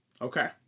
Okay